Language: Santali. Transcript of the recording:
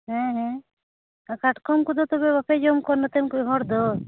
ᱦᱮᱸ ᱦᱮᱸ ᱠᱟᱴᱠᱚᱢ ᱠᱚᱫᱚ ᱛᱚᱵᱮ ᱵᱟᱯᱮ ᱡᱚᱢ ᱠᱚᱣᱟ ᱱᱚᱛᱮᱱ ᱠᱚ ᱦᱚᱲ ᱫᱚ